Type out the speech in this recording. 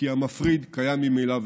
כי המפריד קיים ממילא,